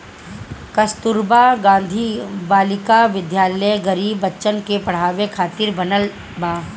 कस्तूरबा गांधी बालिका विद्यालय गरीब बच्चन के पढ़ावे खातिर बनल बा